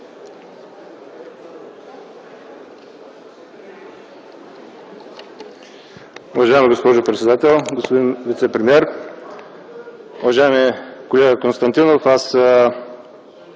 Уважаема госпожо председател, господин вицепремиер! Уважаеми колега Константинов,